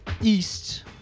east